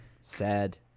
Sad